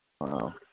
Wow